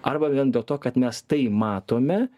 arba vien dėl to kad mes tai matome